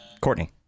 Courtney